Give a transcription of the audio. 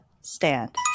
stand